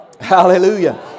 Hallelujah